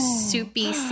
soupy